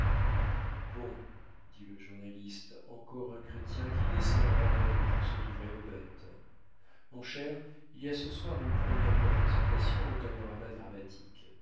bon dit le journaliste encore un chrétien qui descend dans l'arène pour se livrer aux bêtes mon cher il y a ce soir une première représentation au panorama dramatique